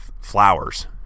flowers